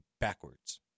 backwards